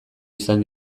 izan